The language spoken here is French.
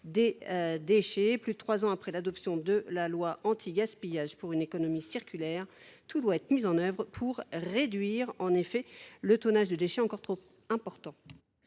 des déchets. Plus de trois ans après l’adoption de la loi anti gaspillage pour une économie circulaire, tout doit être mis en œuvre pour réduire le tonnage des déchets, qui est encore trop important.